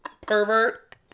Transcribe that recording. Pervert